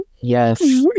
Yes